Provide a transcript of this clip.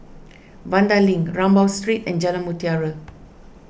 Vanda Link Rambau Street and Jalan Mutiara